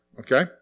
Okay